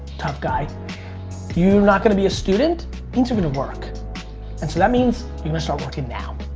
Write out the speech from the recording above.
tough guy you not gonna be a student means you're gonna work. and so that means you're gonna start working now.